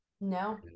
No